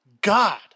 God